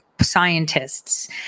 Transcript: scientists